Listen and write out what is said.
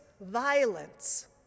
violence